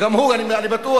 וגם הוא, אני בטוח.